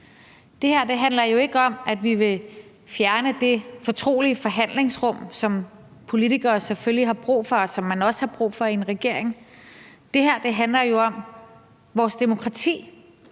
Det her handler jo ikke om, at vi vil fjerne det fortrolige forhandlingsrum, som politikere selvfølgelig har brug for, og som man også har brug for i en regering. Det her handler jo om vores demokrati,